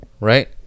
Right